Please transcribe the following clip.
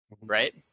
right